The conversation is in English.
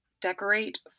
decorate